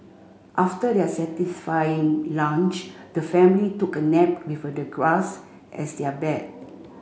after their satisfying lunch the family took a nap with the grass as their bed